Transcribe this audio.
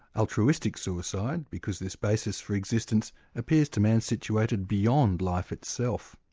altruistic suicide, because this basis for existence appears to man situated beyond life itself.